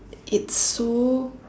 it's so